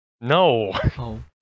No